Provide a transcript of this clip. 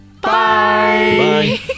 bye